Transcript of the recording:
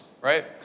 right